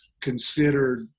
considered –